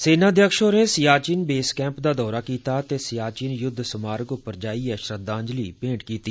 सेनाध्यक्ष होरें Siachen base camp दा दौरा कीता ते सियाचिन युद्ध स्मारक पर जाइयै श्रद्वांजलि मेंट कीती